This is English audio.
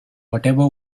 whatever